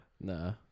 Nah